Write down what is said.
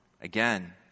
again